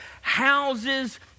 houses